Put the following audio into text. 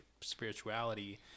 spirituality